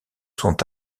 sont